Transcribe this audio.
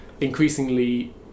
increasingly